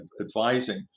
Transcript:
advising